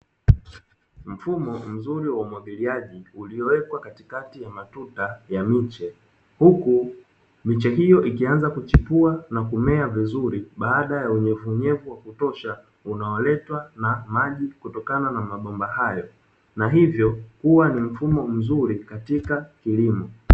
Mfumo mzuri wa umwagiliaji uliowekwa katikati ya matuta ya miche huku miche hiyo ikianza kuchipua na kumea vizuri baada ya unyevunyevu wa kutosha, unaoletwa na maji kutokana na mabomba hayo na hivyo huwa ni mfumo mzuri katika kilimo.